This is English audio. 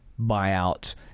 buyout